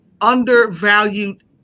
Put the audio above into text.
undervalued